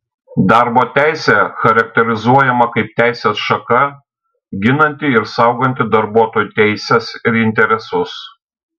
darbo teisė charakterizuojama kaip teisės šaka ginanti ir sauganti darbuotojų teises ir interesus